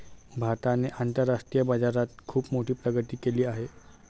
भारताने आंतरराष्ट्रीय बाजारात खुप मोठी प्रगती केली आहे